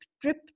drip